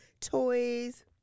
toys